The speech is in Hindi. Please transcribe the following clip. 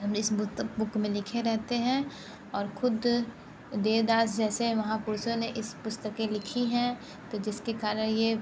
इस बुक में लिखे रहते हैं और ख़ुद दे दास जैसे वहाँ पुरुषों ने इस पुस्तक लिखी हैं तो जिसके कारण यह पुस्तकें